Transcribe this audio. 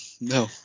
no